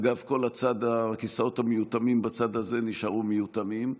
אגב, כל הכיסאות המיותמים בצד הזה נשארו מיותמים.